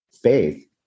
faith